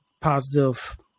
positive